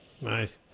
Nice